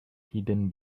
hidden